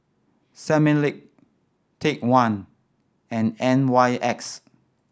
Similac Take One and N Y X